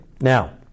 Now